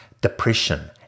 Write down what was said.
depression